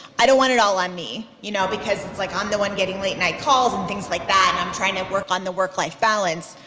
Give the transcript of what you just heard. i don't want it all on me. you know i'm like um the one getting late night calls and things like that i'm trying to work on the work-life balance.